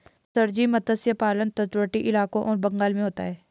sir ji मत्स्य पालन तटवर्ती इलाकों और बंगाल में होता है